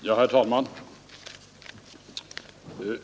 Herr talman!